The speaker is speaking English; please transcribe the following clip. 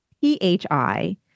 P-H-I